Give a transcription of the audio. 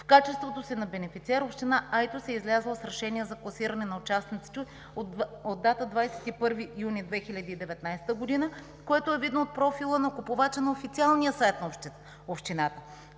В качеството си на бенефициент община Айтос е излязла с решение за класиране на участниците от датата 21 юни 2019 г., което е видно от профила на купувача на официалния сайт на общината.